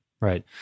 right